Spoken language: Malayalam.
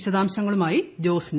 വിശദാംശങ്ങളുമായി ജോസ്ന